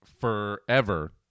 forever